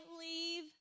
leave